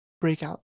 Breakout